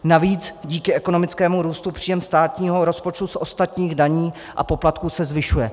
Navíc díky ekonomickému růstu příjem státního rozpočtu z ostatních daní a poplatků se zvyšuje.